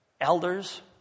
Elders